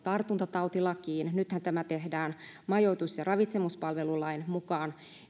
tartuntatautilakiin nythän tämä tehdään majoitus ja ravitsemuspalvelulain mukaan